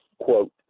quote